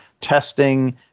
testing